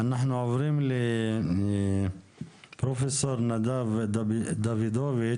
אנחנו עוברים לפרופסור נדב דוידוביץ,